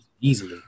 easily